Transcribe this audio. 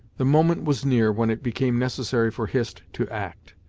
the moment was near when it became necessary for hist to act.